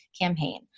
campaign